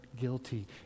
guilty